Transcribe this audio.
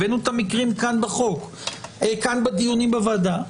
הבאנו את המקרים כאן בדיונים בוועדה.